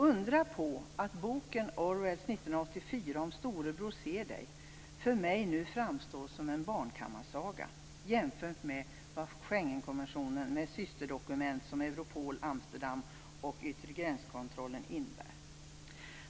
Undra på att Orwells bok 1984 om att storebror ser dig nu för mig framstår som en barnkammarsaga jämfört med vad Schengenkonventionen med systerdokument om Europol, Amsterdamfördraget och yttre gränskontrollen innebär.